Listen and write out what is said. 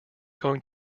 going